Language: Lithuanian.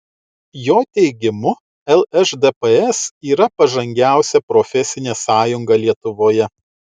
jo teigimu lšdps yra pažangiausia profesinė sąjunga lietuvoje